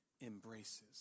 embraces